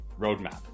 roadmap